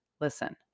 listen